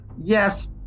Yes